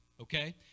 okay